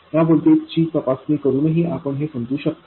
ह्या व्होल्टेज ची तपासनी करूनही आपण हे समजू शकतो